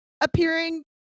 appearing